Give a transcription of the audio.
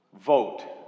Vote